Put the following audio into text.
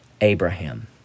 Abraham